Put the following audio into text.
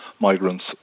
migrants